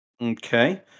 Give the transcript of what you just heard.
Okay